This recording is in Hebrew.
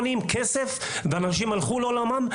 אנשים הלכו לעולמם.